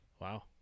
Wow